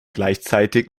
gleichzeitig